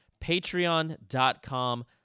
Patreon.com